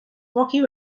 rocky